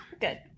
good